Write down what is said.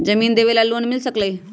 जमीन देवे से लोन मिल सकलइ ह?